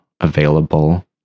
available